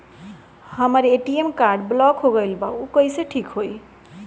हमर ATM card block हो गईल बा ऊ कईसे ठिक होई?